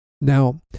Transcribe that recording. now